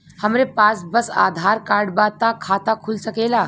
हमरे पास बस आधार कार्ड बा त खाता खुल सकेला?